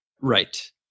Right